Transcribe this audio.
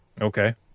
Okay